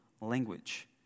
language